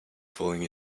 falling